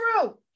true